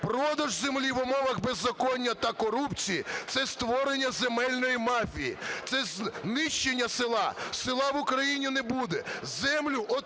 Продаж землі в умовах беззаконня та корупції – це створення земельної мафії, це знищення села. Села в Україні не буде, землю отримають